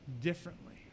differently